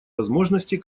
возможности